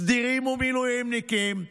סדירים ומילואימניקים,